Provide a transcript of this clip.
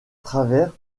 travers